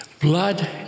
blood